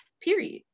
Period